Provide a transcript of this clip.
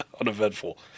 Uneventful